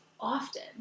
often